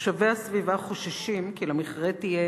תושבי הסביבה חוששים כי למכרה תהיה